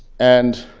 and